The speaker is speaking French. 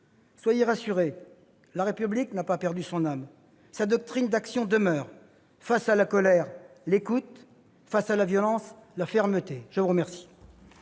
soyez rassurés, la République n'a pas perdu son âme. Sa doctrine d'action demeure : face à la colère, l'écoute ; face à la violence, la fermeté ! La parole